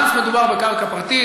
ברגע שמדובר בקרקע פרטית,